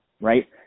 right